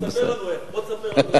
נו, תספר לנו איך, בוא תספר לנו איך.